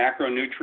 macronutrients